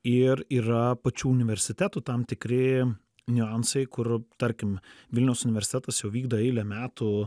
ir yra pačių universitetų tam tikri niuansai kur tarkim vilniaus universitetas jau vykdo eilę metų